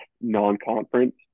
non-conference